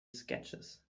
sketches